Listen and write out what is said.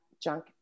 junk